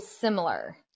similar